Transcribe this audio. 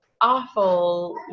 awful